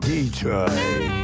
Detroit